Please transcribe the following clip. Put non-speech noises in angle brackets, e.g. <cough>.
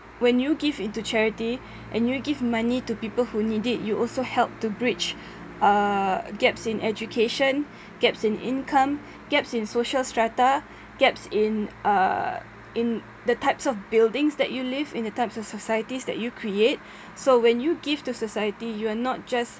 when you give into charity <breath> and you give money to people who need it you also help to bridge uh gaps in education <breath> gaps in income gaps in social strata gaps in uh in the types of buildings that you live in the types of societies that you create <breath> so when you give to the society you are not just